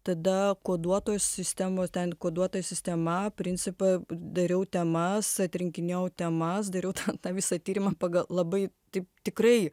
tada koduotos sistemos ten koduota sistema principe dariau temas atrinkinėjau temas dariau ten tą visą tyrimą pagal labai taip tikrai